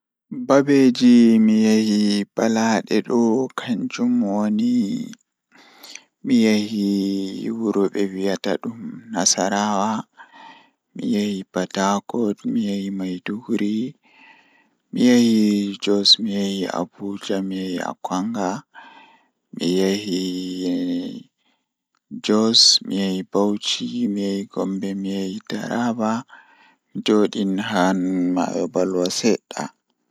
Babeeji mi yahi balaade do kannjum woni Mi waɗi fi fewndoode ko nder leydi ngal ko waɗi doole. Mi yiɗi wonde e baafal heɓude laawol ngol, ko miɗo yiɗi saama sabu o waɗi jeyɗi fiɗɗi nder ngal. Ko ɗum faama sabu o waɗi waawugol, kadi mi njogii sabu o waɗi jeyɗi.